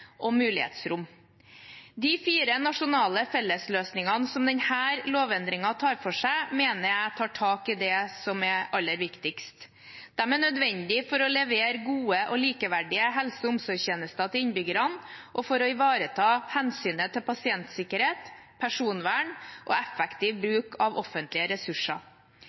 og mulighetsrom. De fire nasjonale fellesløsningene som denne lovendringen tar for seg, mener jeg tar tak i det som er aller viktigst. De er nødvendige for å levere gode og likeverdige helse- og omsorgstjenester til innbyggerne og for å ivareta hensynet til pasientsikkerhet, personvern og effektiv bruk av offentlige ressurser.